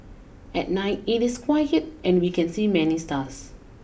at night it is quiet and we can see many stars